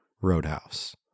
Roadhouse